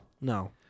No